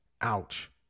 Ouch